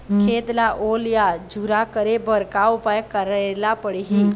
खेत ला ओल या झुरा करे बर का उपाय करेला पड़ही?